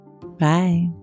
Bye